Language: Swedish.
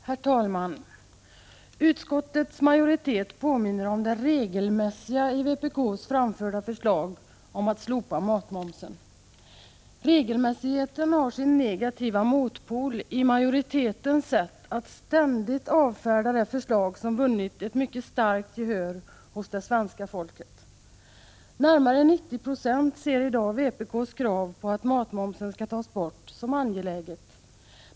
Herr talman! Utskottets majoritet påminner om det regelmässiga i vpk:s framförda förslag om att slopa matmomsen. Regelmässigheten har sin negativa motpol i majoritetens sätt att ständigt avfärda det förslag som vunnit ett mycket starkt gehör hos svenska folket. Närmare 90 96 ser i dag vpk:s krav på att matmomsen skall tas bort som angeläget.